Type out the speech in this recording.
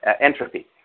entropy